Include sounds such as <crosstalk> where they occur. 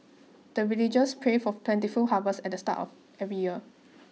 the villagers pray for <unintelligible> plentiful harvest at the start of every year